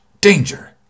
Danger